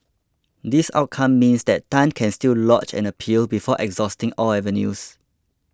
this outcome means that Tan can still lodge an appeal before exhausting all avenues